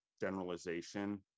generalization